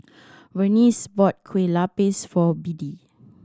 Vernice bought Kueh Lupis for Biddie